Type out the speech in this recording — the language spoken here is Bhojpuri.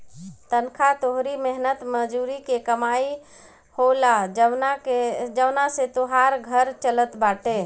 तनखा तोहरी मेहनत मजूरी के कमाई होला जवना से तोहार घर चलत बाटे